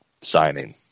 signing